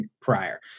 prior